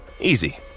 Easy